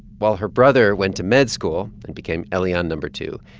while her brother went to med school and became elian number two,